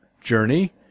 journey